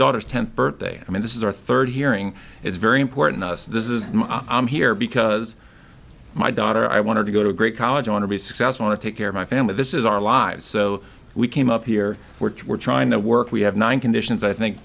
daughter's tenth birthday i mean this is our third hearing it's very important to us this is i'm here because my daughter i want her to go to great college on to be scouts want to take care of my family this is our lives so we came up here which we're trying to work we have one conditions i think